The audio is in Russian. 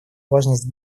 важность